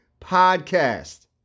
podcast